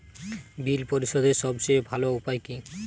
বিল পরিশোধের সবচেয়ে ভালো উপায় কী?